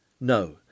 No